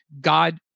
God